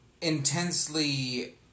intensely